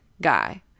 guy